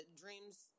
Dreams